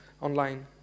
online